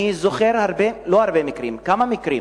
אני זוכר כמה מקרים